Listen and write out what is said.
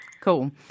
cool